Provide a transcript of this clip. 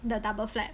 the double flap